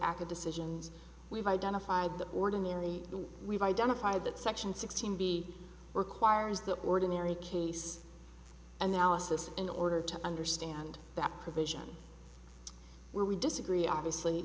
aca decisions we've identified that ordinarily we've identified that section sixteen b requires the ordinary case analysis in order to understand that provision where we disagree obviously